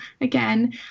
again